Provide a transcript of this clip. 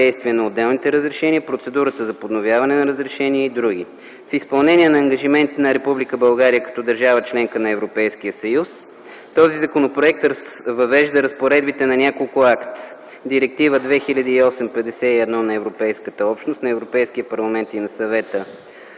действие на отделните разрешения, процедурата за подновяване на разрешения и др. В изпълнение на ангажиментите на Република България като държава – членка на Европейския съюз, този законопроект въвежда разпоредбите на няколко акта: Директива 2008/51 на Европейската общност, на Европейския парламент и на Съвета